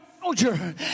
soldier